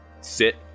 sit